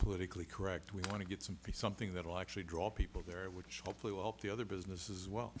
politically correct we want to get some something that will actually draw people there which hopefully will help the other businesses as well